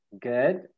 Good